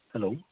hello